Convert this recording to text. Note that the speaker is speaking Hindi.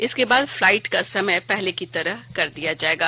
इसके बाद फ्लाइट का समय पहले की तरह कर दिया जाएगा